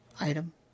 item